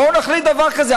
בואו נחליט דבר כזה.